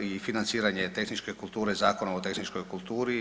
i financiranje tehničke kulture Zakonom o tehničkoj kulturi.